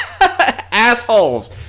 Assholes